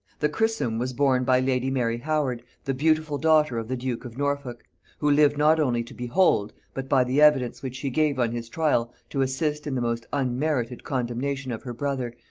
the chrism was borne by lady mary howard, the beautiful daughter of the duke of norfolk who lived not only to behold, but, by the evidence which she gave on his trial, to assist in the most unmerited condemnation of her brother,